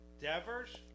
Devers